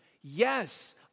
Yes